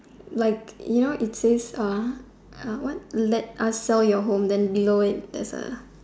like you know it's says(er) what will let us sell your home below it has a